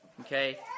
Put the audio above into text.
Okay